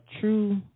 true